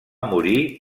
morir